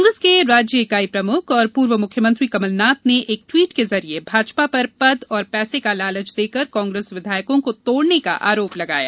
कांग्रेस की राज्य इकाई प्रमुख और पूर्व मुख्यमंत्री कमलनाथ ने एक ट्वीट के जरिए भाजपा पर पद और पैसे का लालच देखकर कांग्रेस विधायकों को तोड़ने का आरोप लगाया